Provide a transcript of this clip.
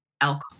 alcohol